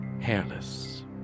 Hairless